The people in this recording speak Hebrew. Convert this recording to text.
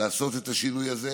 לעשות את השינוי הזה.